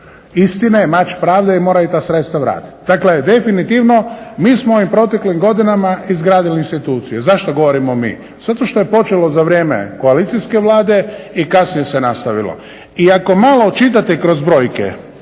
istine, mač pravde i moraju ta sredstva vratiti. Dakle, definitivno mi smo u proteklim godinama izgradili instituciju. Zašto govorimo mi, zato što je počelo za vrijeme koalicijske vlade i kasnije se nastavilo. I ako malo čitate kroz brojke